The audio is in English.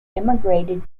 immigrated